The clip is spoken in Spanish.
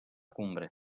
cumbre